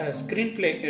screenplay